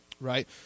right